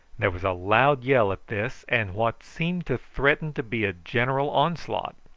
there was a loud yell at this, and what seemed to threaten to be a general onslaught.